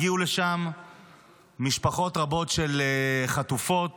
הגיעו לשם משפחות רבות של חטופות,